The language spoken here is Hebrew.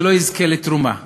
שלא יזכה לתרומה.